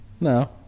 No